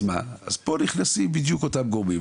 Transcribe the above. כאן נכנסים אותם גורמים.